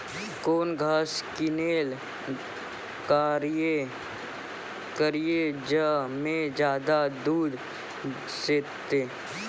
कौन घास किनैल करिए ज मे ज्यादा दूध सेते?